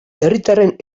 herritarren